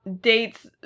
dates